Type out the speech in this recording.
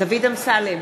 דוד אמסלם,